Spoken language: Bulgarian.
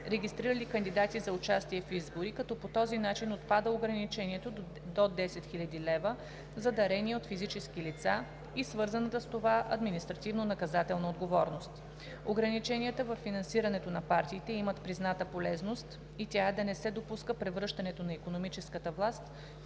регистрирали кандидати за участие в избори, като по този начин отпада ограничението до 10 000 лв. за дарения от физически лица и свързаната с това административнонаказателна отговорност. Ограниченията във финансирането на партиите имат призната полезност и тя е да не се допуска превръщането на икономическата власт